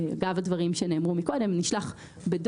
אגב הדברים שנאמרו קודם בדואר,